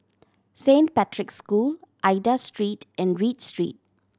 Saint Patrick's School Aida Street and Read Street